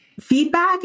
feedback